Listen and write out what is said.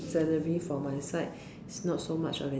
salary for my side is not so much of an